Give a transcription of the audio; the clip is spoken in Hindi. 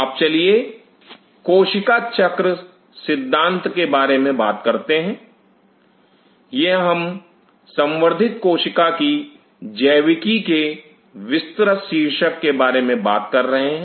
अब चलिए कोशिका चक्र सिद्धांत के बारे में बात करते हैं यह हम संवर्धित कोशिका की जैविकी के विस्तृत शीर्षक के बारे में बात कर रहे हैं